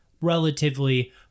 relatively